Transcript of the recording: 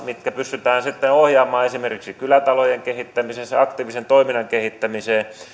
mitkä pystytään sitten ohjaamaan esimerkiksi kylätalojen kehittämiseen sen aktiivisen toiminnan kehittämiseen